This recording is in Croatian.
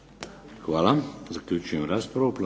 Hvala. Zaključujem raspravu.